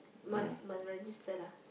must must register lah